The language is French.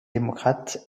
démocrate